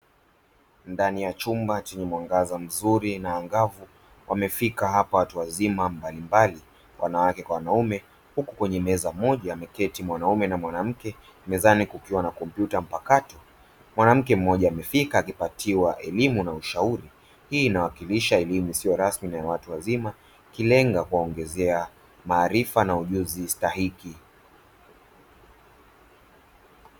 Ndani ya chumba chenye mwangaza mzuri na angavu, wamefika hapa watu wazima mbalimbali, wanawake na wanaume, huku kwenye meza moja ameketi mwanaume na mwanamke, mezani kukiwa na kompyuta mpakato, mwanamke mmoja amefika akipatiwa elimu na ushauri; hii inawakilisha elimu isiyo rasmi kwa watu wazima, ikilenga kuwaongezea maarifa na ujuzi stahiki.